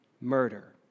murder